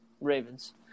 Ravens